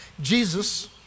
Jesus